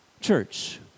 church